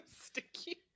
sticky